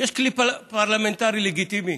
יש כלי פרלמנטרי לגיטימי,